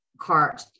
cart